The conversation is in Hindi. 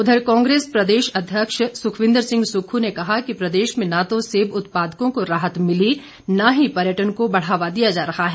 उधर कांग्रेस प्रदेश अध्यक्ष सुखविन्द्र सिंह सुक्खू ने कहा कि प्रदेश में न तो सेब उत्पादकों को राहत मिली न ही पर्यटन को बढ़ावा दिया जा रहा है